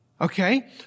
Okay